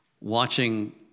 watching